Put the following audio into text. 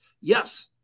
Yes